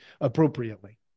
appropriately